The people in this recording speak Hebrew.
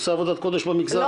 עושה עבודת קודש במגזר.